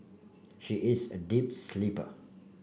she is a deep sleeper